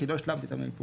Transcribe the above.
כי לא השלמתי את המיפוי.